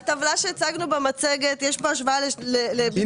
בטבלה שהצגנו במצגת יש פה השוואה --- הנה,